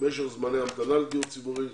משך זמני ההמתנה לדיור ציבורי?